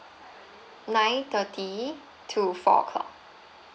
nine thirty to four o'clock